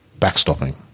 Backstopping